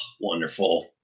Wonderful